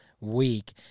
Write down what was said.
week